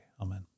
Amen